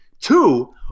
Two